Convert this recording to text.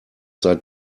seit